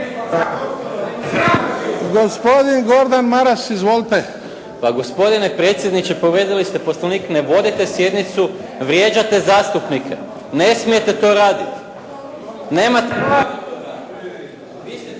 **Maras, Gordan (SDP)** Pa gospodine predsjedniče povrijedili ste Poslovnik ne vodite sjednicu, vrijeđate zastupnike. Ne smijete to raditi. Vi ste